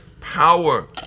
power